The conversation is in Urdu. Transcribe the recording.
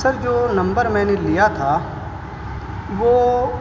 سر جو نمبر میں نے لیا تھا وہ